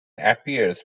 appears